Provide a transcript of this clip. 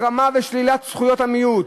"החרמה ושלילת זכויות המיעוט.